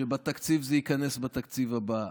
שזה ייכנס בתקציב הבא.